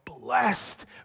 blessed